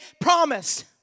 promise